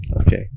Okay